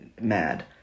mad